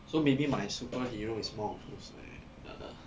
so maybe my superhero is more of those like uh